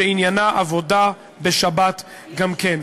שעניינה עבודה בשבת גם כן.